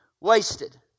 wasted